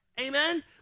amen